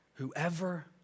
Whoever